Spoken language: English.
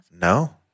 No